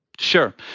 Sure